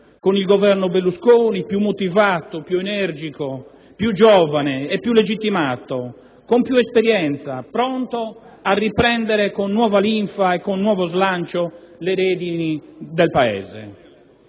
con il Governo Berlusconi, più motivato, più energico, più giovane e più legittimato, con più esperienza, pronto a riprendere con nuova linfa e con nuovo slancio le redini del Paese.